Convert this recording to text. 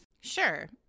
Sure